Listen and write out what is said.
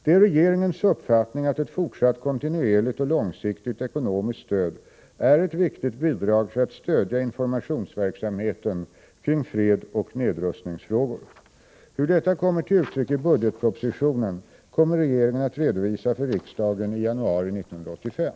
Det är regeringens uppfattning att ett fortsatt kontinuerligt och långsiktigt ekonomiskt stöd är ett viktigt bidrag för att stödja informationsverksamheten kring fredsoch nedrustningsfrågor. Hur detta kommer till uttryck i budgetpropositionen kommer regeringen att redovisa för riksdagen i januari 1985.